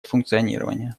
функционирование